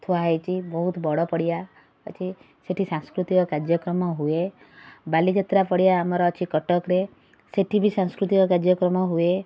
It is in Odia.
ଥୁଆ ହେଇଛି ବହୁତ ବଡ଼ ପଡ଼ିଆ ଅଛି ସେଇଠି ସାଂସ୍କୃତିକ କାର୍ଯ୍ୟକ୍ରମ ହୁଏ ବାଲିଯାତ୍ରା ପଡ଼ିଆ ଆମର ଅଛି କଟକରେ ସେଇଠି ବି ସାଂସ୍କୃତିକ କାର୍ଯ୍ୟକ୍ରମ ହୁଏ